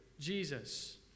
Jesus